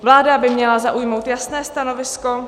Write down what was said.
Vláda by měla zaujmout jasné stanovisko.